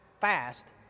fast